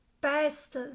best